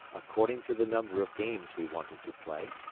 according to the number of games we wanted to play,